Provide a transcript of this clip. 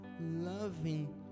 Loving